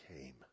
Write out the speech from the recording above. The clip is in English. came